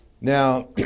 Now